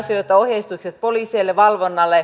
ohjeistukset poliiseille valvonnalle